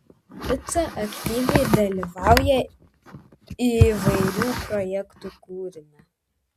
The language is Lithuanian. pica aktyviai dalyvauja įvairių projektų kūrime